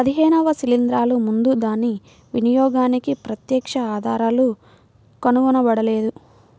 పదిహేనవ శిలీంద్రాలు ముందు దాని వినియోగానికి ప్రత్యక్ష ఆధారాలు కనుగొనబడలేదు